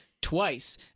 twice